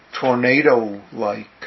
tornado-like